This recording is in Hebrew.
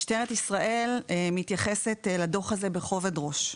משטרת ישראל מתייחסת לדוח הזה בכובד ראש.